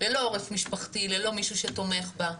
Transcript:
ללא עורף משפחתי, ללא מישהו שתומך בה.